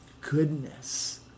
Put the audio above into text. goodness